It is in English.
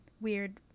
weird